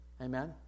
Amen